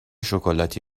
شکلاتی